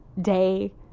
day